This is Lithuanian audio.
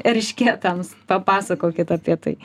eršketams papasakokit apie tai